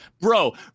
bro